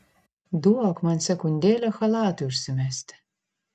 duok man sekundėlę chalatui užsimesti